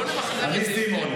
לא למחזר,